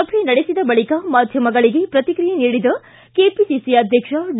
ಸಭೆ ನಡೆಸಿದ ಬಳಿಕ ಮಾಧ್ಯಮಗಳಿಗೆ ಪ್ರತಿಕ್ರಿಯೆ ನೀಡಿದ ಕೆಪಿಸಿಸಿ ಅಧ್ಯಕ್ಷ ಡಿ